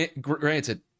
granted